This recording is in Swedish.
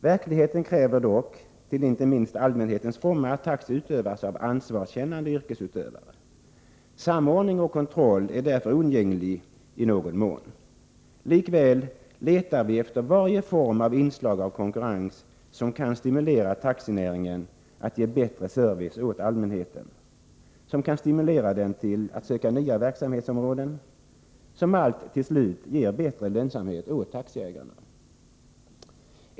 Verkligheten kräver dock — till inte minst allmänhetens fromma — att taxiverksamhet utövas av ansvarskännande yrkesutövare. Samordning och kontroll är därför oundgängligt. Likväl letar vi efter varje form av inslag av konkurrens som kan stimulera taxinäringen att ge bättre service åt allmänheten och som kan stimulera den till att söka nya verksamhetsområden, vilket allt till slut ger bättre lönsamhet för taxiägarna.